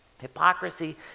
hypocrisy